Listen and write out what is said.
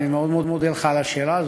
אני מודה לך מאוד על השאלה,